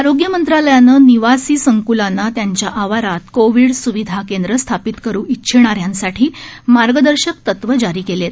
आरोग्य मंत्रालयाने निवासी संकुलांना त्यांच्या आवारात कोविड सुविधा केंद्र स्थापित करू इच्छिणा यांसाठी मार्गदर्शक तत्त्वे जारी केली आहेत